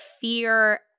fear